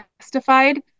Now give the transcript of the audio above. testified